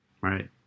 Right